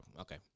Okay